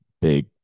big